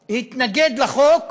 לוי התנגד לחוק